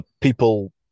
people